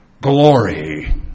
glory